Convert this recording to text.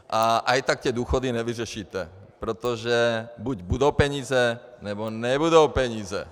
A i tak ty důchody nevyřešíte, protože buď budou peníze, nebo nebudou peníze.